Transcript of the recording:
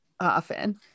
often